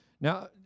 Now